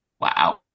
Wow